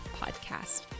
Podcast